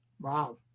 Wow